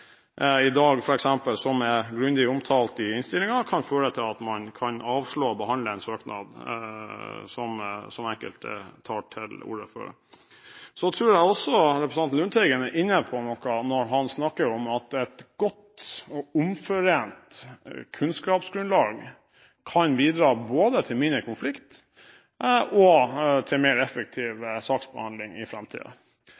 grundig omtalt i innstillingen – kan føre til at man kan avslå å behandle en søknad, som enkelte tar til orde for. Jeg tror representanten Lundteigen er inne på noe når han snakker om at et godt og omforent kunnskapsgrunnlag kan bidra både til mindre konflikt og til mer